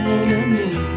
enemy